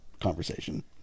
conversation